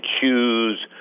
choose